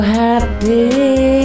happy